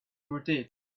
rotate